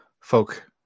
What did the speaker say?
folk